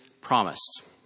promised